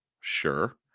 Sure